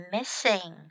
Missing